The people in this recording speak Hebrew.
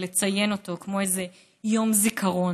לציין אותו כמו איזה יום זיכרון.